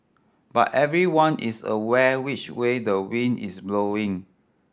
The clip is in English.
but everyone is aware which way the wind is blowing